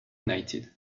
united